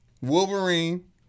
Wolverine